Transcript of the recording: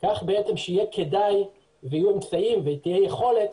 כדי שיהיה כדאי ויהיו אמצעים ותהיה יכולת